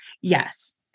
Yes